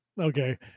Okay